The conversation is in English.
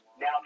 Now